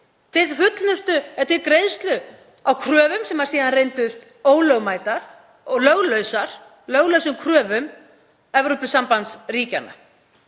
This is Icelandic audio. hendur Íslandi til greiðslu á kröfum sem síðan reyndust ólögmætar og löglausar, löglausum kröfum Evrópusambandsríkjanna.